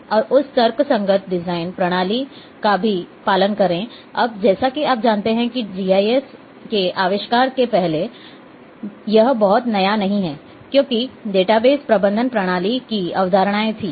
और इस तर्कसंगत डिजाइन प्रणाली का भी पालन करें अब जैसा कि आप जानते हैं कि जीआईएस के आविष्कार से पहले भी यह बहुत नया नहीं है क्योंकि डेटाबेस प्रबंधन प्रणालियों की अवधारणाएं थीं